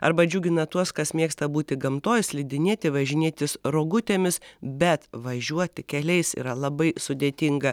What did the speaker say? arba džiugina tuos kas mėgsta būti gamtoj slidinėti važinėtis rogutėmis bet važiuoti keliais yra labai sudėtinga